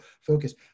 focus